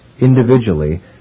individually